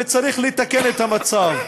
וצריך לתקן את המצב.